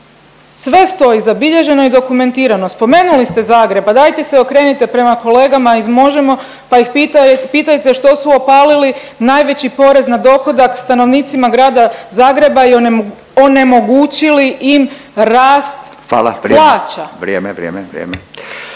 sve stoji zabilježeno i dokumentirano. Spomenuli ste Zagreb pa dajte se okrenite prema kolegama iz Možemo! pa ih pitajte što su opalili najveći porez na dohodak stanovnicima Grada Zagreba i onemogućili im rast …/Upadica Radin: Hvala, vrijeme./…